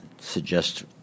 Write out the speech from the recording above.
suggest